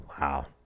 Wow